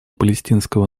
палестинского